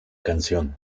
canción